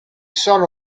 sono